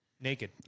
naked